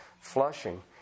flushing